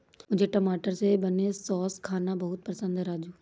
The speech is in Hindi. मुझे टमाटर से बने सॉस खाना बहुत पसंद है राजू